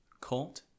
Cult